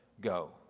go